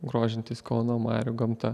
grožintis kauno marių gamta